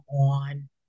on